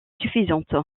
suffisante